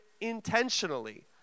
intentionally